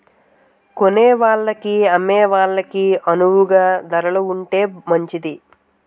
కొనేవాళ్ళకి అమ్మే వాళ్ళకి అణువుగా ధరలు ఉంటే మంచిది